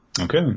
Okay